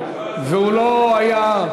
והוא לא היה,